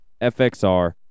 FXR